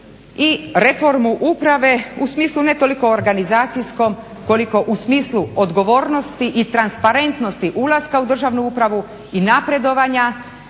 i reformu uprave u smislu ne toliko organizacijskom koliko u smislu odgovornosti i transparentnosti ulaska u državnu upravu i napredovanja